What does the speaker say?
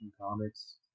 comics